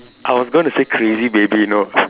I was gonna say crazy baby you know